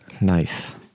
Nice